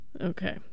Okay